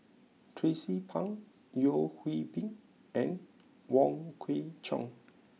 Tracie Pang Yeo Hwee Bin and Wong Kwei Cheong